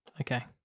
okay